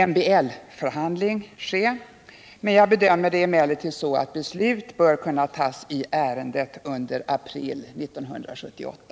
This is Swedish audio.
MBL förhandling äga rum. Jag bedömer det emellertid så, att beslutet i ärendet bör kunna fattas under april 1978.